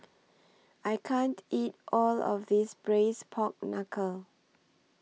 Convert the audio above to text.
I can't eat All of This Braised Pork Knuckle